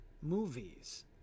movies